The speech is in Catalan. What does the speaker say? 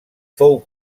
fou